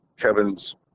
Kevin's